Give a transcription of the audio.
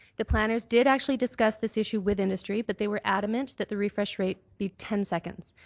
the planners did actually discuss this issue with industry but they were adamant that the refresh rate be ten seconds.